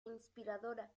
inspiradora